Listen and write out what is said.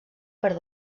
per